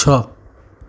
છ